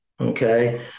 Okay